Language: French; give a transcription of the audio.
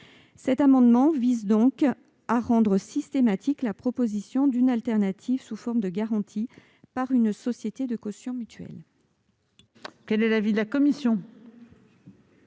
Cet amendement vise donc à rendre systématique la proposition d'une alternative sous forme de garantie par une société de caution mutuelle.